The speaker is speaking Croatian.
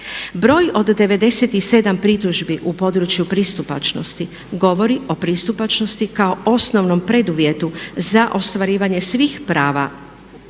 Broj od 97 pritužbi u području pristupačnosti govori o pristupačnosti kao osnovnom preduvjetu za ostvarivanje svih prava